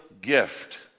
gift